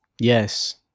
Yes